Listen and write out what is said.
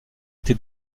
été